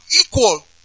equal